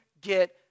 get